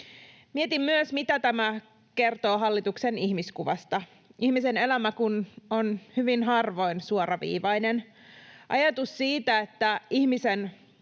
Mietin myös, mitä tämä kertoo hallituksen ihmiskuvasta, ihmisen elämä kun on hyvin harvoin suoraviivainen. Ajatus siitä, että ihmisen